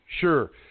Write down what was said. Sure